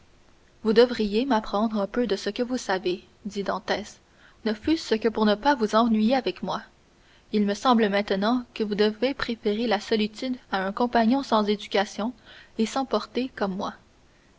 vous devriez m'apprendre un peu de ce que vous savez dit dantès ne fût-ce que pour ne pas vous ennuyer avec moi il me semble maintenant que vous devez préférer la solitude à un compagnon sans éducation et sans portée comme moi